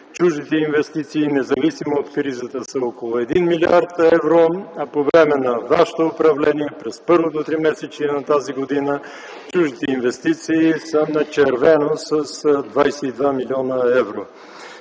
чуждите инвестиции, независимо от кризата, са около 1 млрд. евро, а по време на вашето управление – през първото тримесечие на тази година, чуждите инвестиции са на червено с 22 млн. евро.